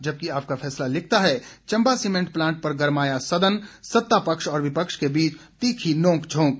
जबकि आपका फैसला लिखता है चंबा सीमेन्ट प्लांट पर गर्माया सदन सत्तापक्ष और विपक्ष के बीच तीखी नोकझोंक